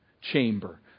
chamber